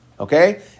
Okay